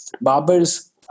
Barber's